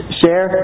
share